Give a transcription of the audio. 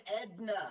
Edna